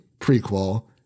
prequel